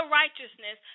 righteousness